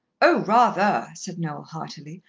oh, rather, said noel heartily.